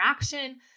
interaction